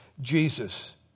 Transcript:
Jesus